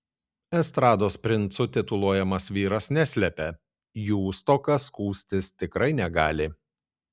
estrados princu tituluojamas vyras neslepia jų stoka skųstis tikrai negali